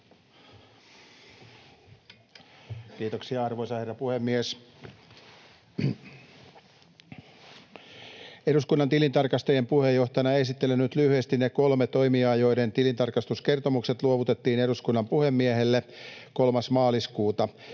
Kiitoksia, arvoisa herra puhemies! Eduskunnan tilintarkastajien puheenjohtajana esittelen nyt lyhyesti niiden kolmen toimijan kertomukset, joiden tilintarkastuskertomukset luovutettiin eduskunnan puhemiehelle 3. maaliskuuta.